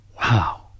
Wow